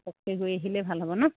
পককৈ গৈ আহিলে ভাল হ'ব ন